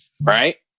Right